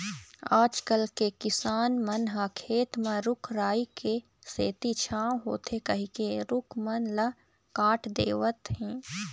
आजकल के किसान मन ह खेत म रूख राई के सेती छांव होथे कहिके रूख मन ल काट देवत हें